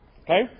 Okay